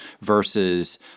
Versus